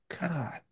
God